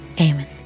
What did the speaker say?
amen